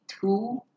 two